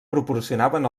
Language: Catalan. proporcionaven